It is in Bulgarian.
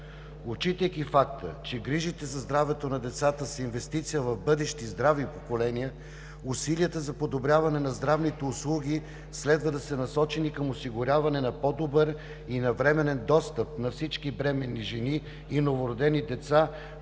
Отчитайки факта, че грижите за здравето на децата са инвестиция в бъдещи здрави поколения, усилията за подобряване на здравните услуги следва да са насочени към осигуряване на по добър и навременен достъп на всички бременни жени и новородени деца